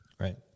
Right